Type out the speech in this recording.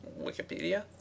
wikipedia